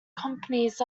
companies